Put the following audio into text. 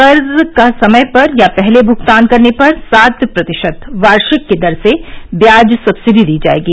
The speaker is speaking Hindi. कर्ज का समय पर या पहले भुगतान करने पर सात प्रतिशत वार्षिक की दर से ब्याज सब्सिडी दी जाएगी